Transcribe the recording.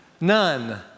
none